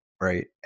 right